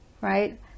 Right